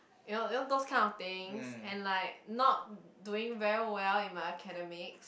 you know you know those kind of things and like not doing very well in my academic